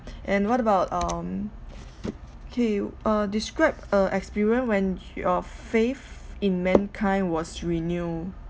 and what about um K uh describe a experience when your faith in mankind was renew